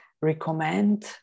recommend